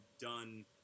done